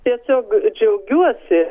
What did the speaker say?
tiesiog džiaugiuosi